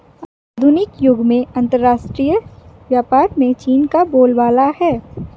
आधुनिक युग में अंतरराष्ट्रीय व्यापार में चीन का बोलबाला है